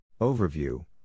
Overview